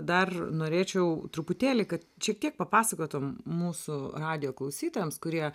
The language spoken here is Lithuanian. dar norėčiau truputėlį kad šiek tiek papasakotum mūsų radijo klausytojams kurie